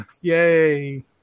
Yay